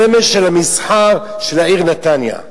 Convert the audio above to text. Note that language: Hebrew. סמל של המסחר של העיר נתניה.